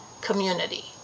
community